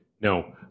No